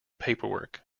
paperwork